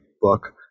book